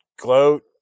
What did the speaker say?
gloat